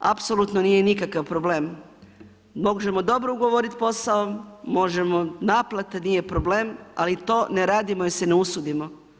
Apsolutno nije nikakav problem, možemo dobro ugovorit posao, možemo naplate, nije problem, ali to ne radimo jer se ne usudimo.